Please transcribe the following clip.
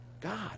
God